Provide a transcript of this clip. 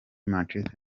manchester